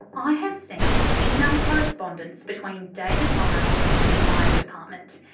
i have seen email correspondence between david miles and the mines department.